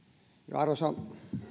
arvoisa